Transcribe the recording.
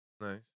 Nice